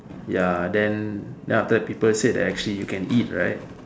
ya then after that people said that actually you can eat right